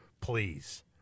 Please